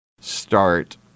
start